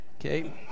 okay